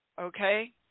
okay